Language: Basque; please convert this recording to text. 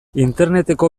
interneteko